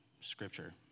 scripture